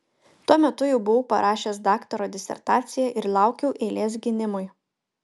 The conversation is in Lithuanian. tuo metu jau buvau parašęs daktaro disertaciją ir laukiau eilės gynimui